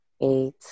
eight